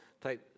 take